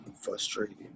frustrated